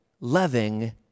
loving